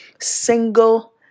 single